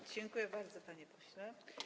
Dziękuję bardzo, panie pośle.